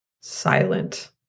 silent